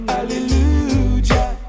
Hallelujah